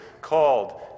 called